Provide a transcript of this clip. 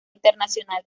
internacional